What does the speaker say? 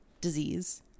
disease